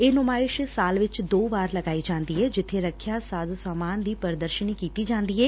ਇਹ ਨੁਮਾਇਸ਼ ਸਾਲ ਵਿਚ ਦੋ ਵਾਰ ਲਗਾਈ ਜਾਂਦੀ ਏ ਜਿੱਬੇ ਰੱਖਿਆ ਸਾਜ ਸਮਾਨ ਦੀ ਪੂਦਰਸ਼ਨੀ ਕੀਤੀ ਜਾਂਦੀ ਏ